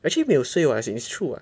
actually 没有 suay [what] as in it is true [what]